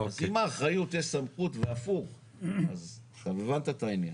אז עם האחריות יש סמכות והפוך, אז הבנת את העניין.